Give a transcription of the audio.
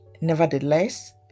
Nevertheless